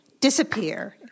disappear